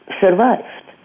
survived